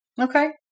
okay